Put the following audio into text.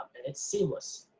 it's seamless,